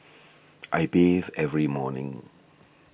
I bathe every morning